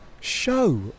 show